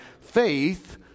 faith